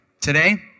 Today